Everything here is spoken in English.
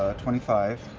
ah twenty five.